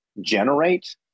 generate